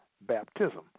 baptism